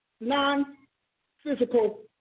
non-physical